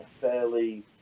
fairly